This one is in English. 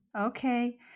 Okay